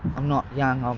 i'm not young. um